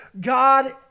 God